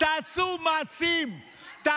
תעשו מעשים.